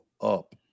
up